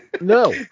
No